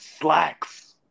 slacks